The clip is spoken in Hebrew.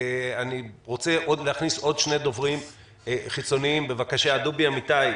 אני רוצה להכניס עוד שני דוברים חיצוניים: דובי אמיתי,